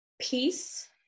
peace